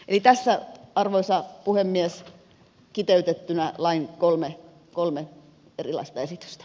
tässä arvoisa puhemies kiteytettynä lain kolme erilaista esitystä